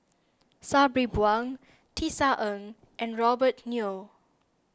Sabri Buang Tisa Ng and Robert Yeo